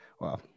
Wow